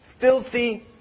filthy